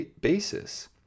basis